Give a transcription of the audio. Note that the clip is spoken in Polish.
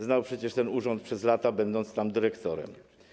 Znał przecież ten urząd, przez lata był tam dyrektorem.